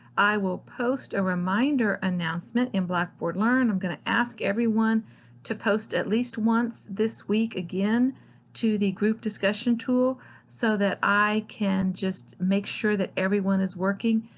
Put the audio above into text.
i will post a reminder announcement in blackboard learn. i'm going to ask everyone to post at least once this week again to the group discussion tool so that i can just make sure that everyone is working.